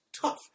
tough